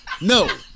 No